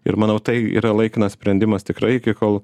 ir manau tai yra laikinas sprendimas tikrai iki kol